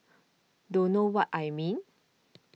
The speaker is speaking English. don't know what I mean